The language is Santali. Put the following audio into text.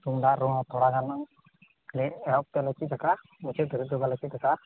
ᱛᱩᱢᱫᱟᱜ ᱨᱩ ᱦᱚᱸ ᱛᱷᱚᱲᱟᱜᱟᱱ ᱞᱮ ᱮᱦᱚᱵ ᱛᱮᱫᱞᱮ ᱪᱮᱫ ᱟᱠᱟᱫᱼᱟ ᱢᱩᱪᱟᱹᱫ ᱫᱷᱟᱨᱤᱡ ᱫᱚ ᱵᱟᱞᱮ ᱪᱮᱫ ᱟᱠᱟᱫᱼᱟ